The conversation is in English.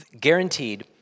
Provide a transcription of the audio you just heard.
guaranteed